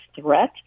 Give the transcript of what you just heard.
threat